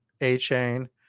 A-Chain